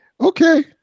Okay